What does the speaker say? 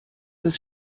bis